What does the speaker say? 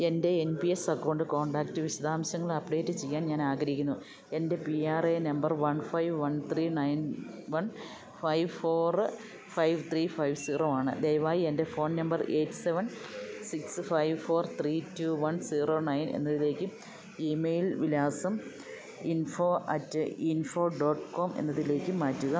എൻ്റെ N P S account contact വിശദാംശങ്ങള് update ചെയ്യാൻ ഞാനാഗ്രഹിക്കുന്നു എൻ്റെ P R A number one five one three nine one five four five three five zero ആണ് ദയവായി എൻ്റെ phone number eight seven six five four three two one zero nine എന്നതിലേക്കും email വിലാസം info at info dot com എന്നതിലേക്കും മാറ്റുക